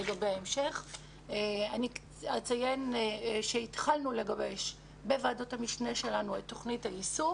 אני אציין שהתחלנו לגבש בוועדת המשנה שלנו את תוכנית היישום